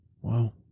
Wow